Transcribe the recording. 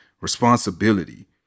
responsibility